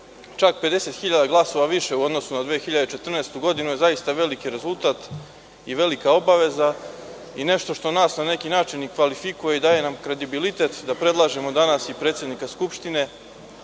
čak 50.000 glasova više u odnosu na 2014. godinu je zaista veliki rezultat i velika obaveza i nešto što nas na neki način kvalifikuje i daje nam kredibilitet da predlažemo danas i predsednika Skupština,